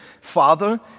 Father